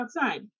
outside